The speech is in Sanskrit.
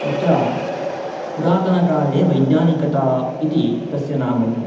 तत्र पुरातनकाले वैज्ञानिकता इति तस्य नामं